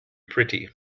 pretty